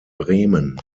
bremen